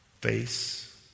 face